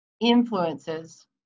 influences